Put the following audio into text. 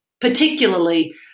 particularly